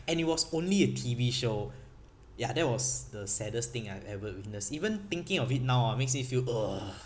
and it was only a T_V show ya that was the saddest thing I've ever witness even thinking of it now ah makes me feel ugh